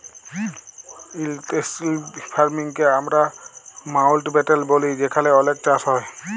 intensive farming কে আমরা মাউল্টব্যাটেল ব্যলি যেখালে অলেক চাষ হ্যয়